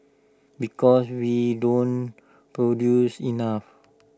because we don't produce enough